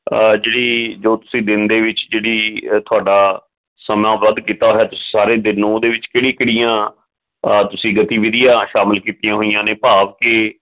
ਜਿਹੜੀ ਜੋ ਤੁਸੀਂ ਦਿਨ ਦੇ ਵਿੱਚ ਜਿਹੜੀ ਤੁਹਾਡਾ ਸਮਾਬੱਧ ਕੀਤਾ ਹੋਇਆ ਤੁਸੀਂ ਸਾਰੇ ਦਿਨ ਨੂੰ ਉਹਦੇ ਵਿੱਚ ਕਿਹੜੀ ਕਿਹੜੀਆਂ ਤੁਸੀਂ ਗਤੀਵਿਧੀਆ ਸ਼ਾਮਿਲ ਕੀਤੀਆਂ ਹੋਈਆਂ ਨੇ ਭਾਵ ਕਿ